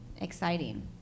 exciting